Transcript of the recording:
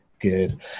Good